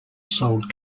sold